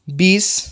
بیس